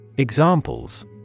Examples